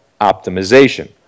optimization